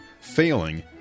failing